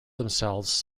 themselves